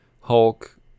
Hulk